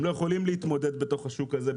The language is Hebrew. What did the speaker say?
הם לא יכולים להתמודד בתוך השוק הזה,